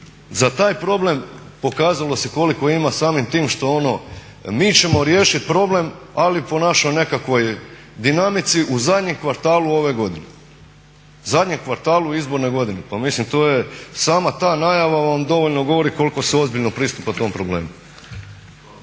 za taj problem pokazalo se koliko ima samim tim što ono mi ćemo riješiti problem ali po našoj nekakvoj dinamici u zadnjem kvartalu ove godine. Zadnjem kvartalu u izbornoj godini. Pa mislim to je sama ta najava vam dovoljno govori koliko se ozbiljno pristupa tom problemu.